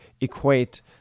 equate